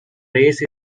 race